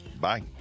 Bye